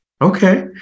Okay